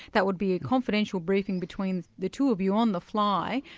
that would be a confidential briefing between the two of you, on the fly,